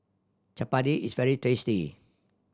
chapati is very tasty